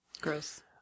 Gross